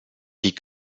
wie